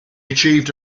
achieved